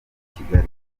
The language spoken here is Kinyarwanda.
ikigali